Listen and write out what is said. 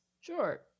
Sure